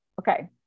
okay